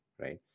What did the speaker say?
right